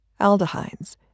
aldehydes